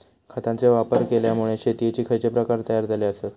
खतांचे वापर केल्यामुळे शेतीयेचे खैचे प्रकार तयार झाले आसत?